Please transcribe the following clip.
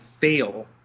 fail